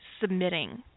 submitting